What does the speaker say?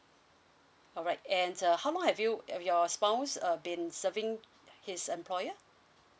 alright and uh how long have you eh your spouse uh been serving his employer